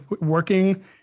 working